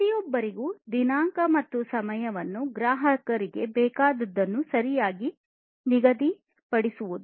ಪ್ರತಿಯೊಬ್ಬರಿಗೂ ದಿನಾಂಕ ಮತ್ತು ಸಮಯವನ್ನು ಗ್ರಾಹಕರಿಗೆ ಬೇಕಾದುದನ್ನು ಸರಿಯಾಗಿ ನಿಗದಿಪಡಿಸುವುದು